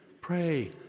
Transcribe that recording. pray